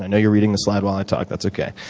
and you're reading this live while i talk, that's okay.